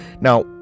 now